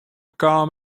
kaam